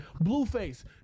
Blueface